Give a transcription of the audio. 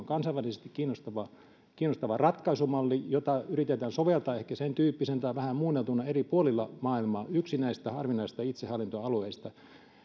kansainvälisesti kiinnostava kiinnostava ratkaisumalli jota yritetään soveltaa ehkä sen tyyppisenä tai vähän muunneltuna eri puolilla maailmaa se on yksi näistä harvinaisista itsehallintoalueista